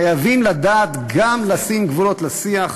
חייבים לדעת גם לשים גבולות לשיח,